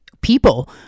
people